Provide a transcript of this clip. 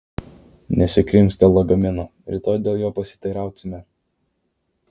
nesikrimsk dėl lagamino rytoj dėl jo pasiteirausime